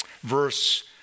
verse